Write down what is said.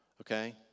Okay